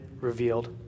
revealed